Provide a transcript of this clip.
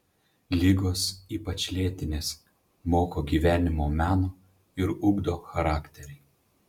ligos ypač lėtinės moko gyvenimo meno ir ugdo charakterį